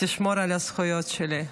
תשמור על הזכויות שלי.